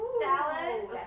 salad